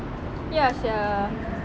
ya sia